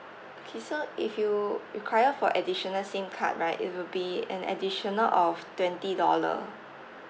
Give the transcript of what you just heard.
okay so if you require for additional SIM card right it will be an additional of twenty dollar